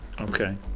Okay